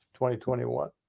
2021